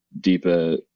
deeper